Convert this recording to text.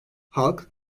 halk